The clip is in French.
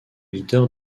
leader